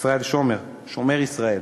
ישראל שומר, שומר ישראל,